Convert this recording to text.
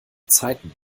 zeiten